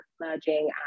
merging